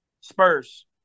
Spurs